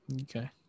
Okay